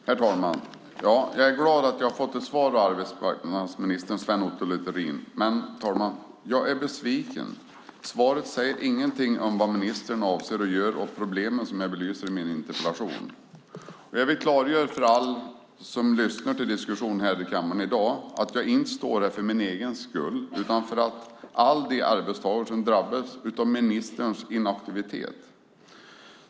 Herr talman! Jag är glad att jag har fått ett svar av arbetsmarknadsminister Sven Otto Littorin, men jag är besviken. Svaret säger ingenting om vad ministern avser att göra åt de problem som jag belyser i min interpellation. Jag vill klargöra för alla som lyssnar till diskussionen här i kammaren i dag att jag inte står här för min egen skull utan för alla de arbetstagare som drabbas av ministerns inaktivitet.